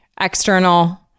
external